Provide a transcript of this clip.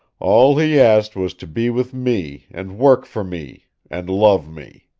all he asked was to be with me and work for me and love me.